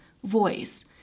voice